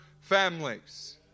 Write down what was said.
families